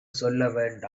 சொல்ல